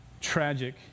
tragic